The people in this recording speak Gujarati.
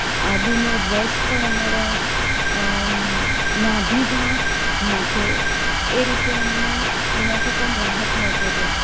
આદુનો રસ પણ અમારા નાભીમાં નાંખે એ રીતે અમને એનાથી પણ રાહત મળતો હતો